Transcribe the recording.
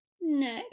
No